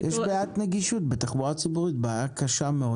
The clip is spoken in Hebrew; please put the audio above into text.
יש בעיית נגישות בתחבורה הציבורית, בעיה קשה מאוד.